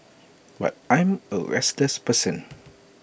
but I'm A restless person